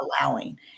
allowing